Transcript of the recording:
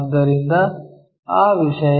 ಆದ್ದರಿಂದ ಆ ವಿಷಯ